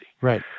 Right